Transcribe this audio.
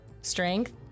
strength